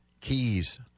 keys